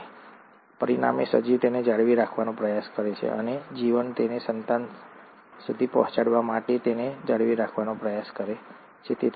અને પરિણામે સજીવ તેને જાળવી રાખવાનો પ્રયાસ કરે છે અને જીવન તેને સંતાન સુધી પહોંચાડવા માટે તેને જાળવી રાખવાનો પ્રયાસ કરે છે